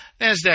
NASDAQ